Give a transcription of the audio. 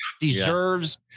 deserves